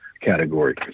category